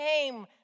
came